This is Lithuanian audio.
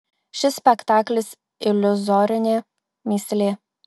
šis spektaklis iliuzorinė mįslė